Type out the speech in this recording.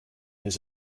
his